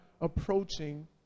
approaching